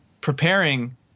preparing